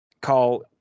call